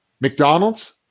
McDonald's